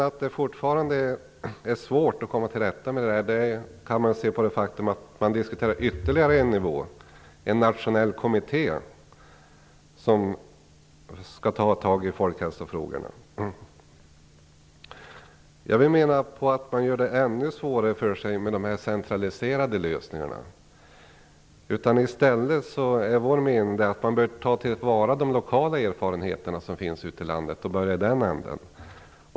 Att det fortfarande är svårt att komma till rätta med problemen kan man se på det faktum att man diskuterar ytterligare en nivå - en nationell kommitté - som skall ta tag i folkhälsofrågorna. Jag vill mena att man gör det ännu svårare för sig med de centraliserade lösningarna. Vår mening är att man i stället bör ta till vara de lokala erfarenheter som finns ute i landet och börja i den änden.